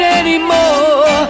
anymore